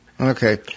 Okay